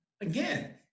Again